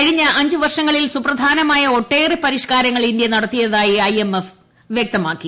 കഴിഞ്ഞ അഞ്ച് വർഷങ്ങളിൽ സുപ്രധാനമായ ഒട്ടേറെ പരിഷ്കാരങ്ങൾ ഇന്ത്യ നടത്തിയതായി ഐ എം എഫ് വൃക്തമാക്കി